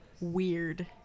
Weird